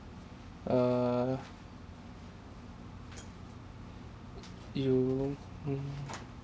err you hmm